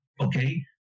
Okay